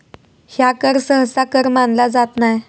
ह्या कर सहसा कर मानला जात नाय